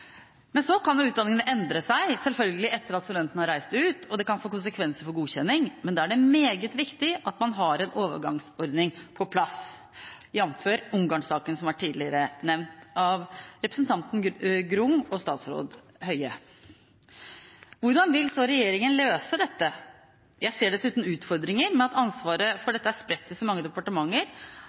Men så kan utdanningene endre seg, selvfølgelig, etter at studentene har reist ut. Det kan få konsekvenser for godkjenning, men da er det meget viktig at man har en overgangsordning på plass, jf. Ungarn-saken, som har vært nevnt tidligere av representanten Grung og statsråd Høie. Hvordan vil så regjeringen løse dette? Jeg ser dessuten utfordringer med at ansvaret for dette er spredt til så mange departementer.